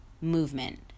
movement